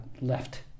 left